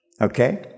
Okay